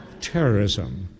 terrorism